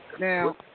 Now